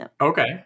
Okay